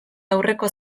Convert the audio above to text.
aurreko